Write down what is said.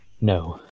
No